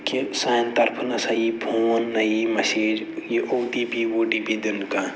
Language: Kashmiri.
کہِ سانہِ طرفہ نہ سا یی فون نہ یی مسیج یہِ او ٹی پی وو ٹی پی دِنہٕ کانٛہہ